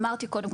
אמרתי קודם,